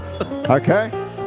Okay